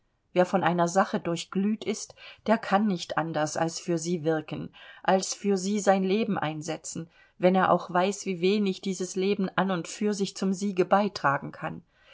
wer von einer sache durchglüht ist der kann nicht anders als für sie wirken als für sie sein leben einsetzen wenn er auch weiß wie wenig dieses leben an und für sich zum siege beitragen kann